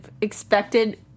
expected